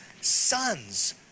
sons